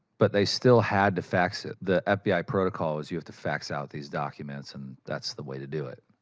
but they still had to fax it. the fbi protocol is that you have to fax out these documents, and that's the way to do it.